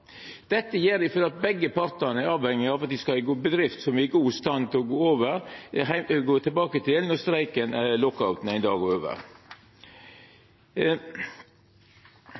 Dette gjer dei fordi begge partane er avhengige av å ha ei bedrift å gå tilbake til som er i god stand når streiken eller lockouten ein dag er over.